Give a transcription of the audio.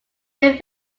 may